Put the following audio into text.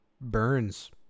Burns